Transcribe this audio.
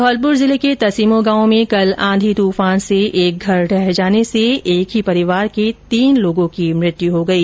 धौलपुर जिले के तसिमो गांव में कल आंधी तूफान से एक घर ढह जाने से एक परिवार के तीन लोगों की मृत्यू हो गई